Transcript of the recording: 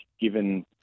given